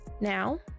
Now